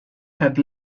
had